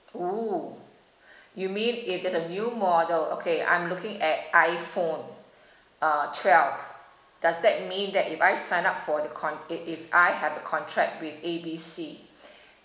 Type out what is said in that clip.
!woo! you mean if there's a new model okay I'm looking at iphone uh twelve does that mean that if I sign up for the con~ i~ if I have a contract with A B C